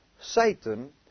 Satan